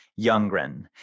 Youngren